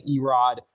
Erod